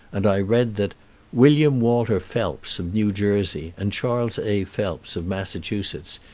and i read that william walter phelps, of new jersey, and charles a. phelps, of massachusetts,